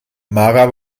mara